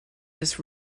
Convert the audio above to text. this